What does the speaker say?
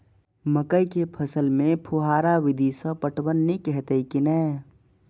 मकई के फसल में फुहारा विधि स पटवन नीक हेतै की नै?